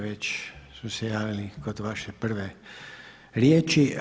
Već su se javili kod vaše prve riječi.